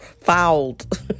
fouled